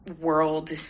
world